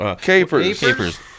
Capers